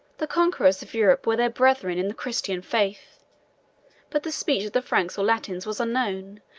the conquerors of europe were their brethren in the christian faith but the speech of the franks or latins was unknown,